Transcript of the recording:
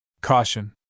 Caution